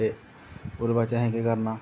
ते ओह्दे बाद च असें केह् करना